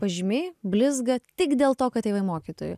pažymiai blizga tik dėl to kad tėvai mokytojai